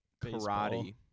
karate